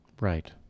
Right